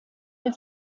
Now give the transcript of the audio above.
der